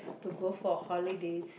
to go for holiday